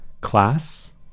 class